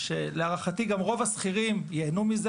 להערכתי רוב השכירים ייהנו מזה